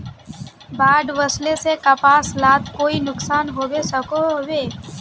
बाढ़ वस्ले से कपास लात कोई नुकसान होबे सकोहो होबे?